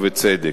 ובצדק.